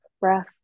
breath